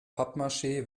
pappmaschee